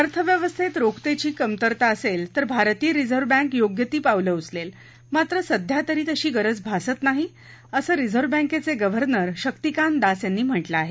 अर्थव्यवस्थेत रोखतेची कमतरता असेल तर भारतीय रिझव्ह बँक योग्य ती पावलं उचलेल मात्र सध्या तरी तशी गरज भासत नाही असं रिझर्व्ह बँकेचे गव्हर्नर शक्तीकांत दास यांनी म्हटलं आहे